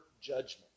judgment